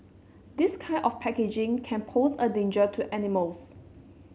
this kind of packaging can pose a danger to animals